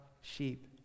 sheep